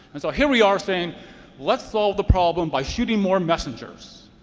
and so here we are saying let's solve the problem by shooting more messengers.